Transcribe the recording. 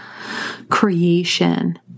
creation